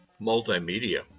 multimedia